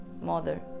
mother